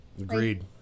agreed